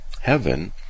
heaven